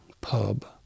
Pub